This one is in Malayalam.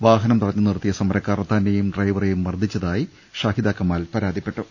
വാഹനം തടഞ്ഞുനിർത്തിയ സമരക്കാർ തന്നെയും ഡ്രൈവറെയും മർദ്ദിച്ചതായി ഷാഹിദാ കമാൽ പരാതിപ്പെട്ടു